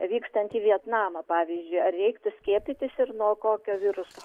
vykstant į vietnamą pavyzdžiui ar reiktų skiepytis ir nuo kokio viruso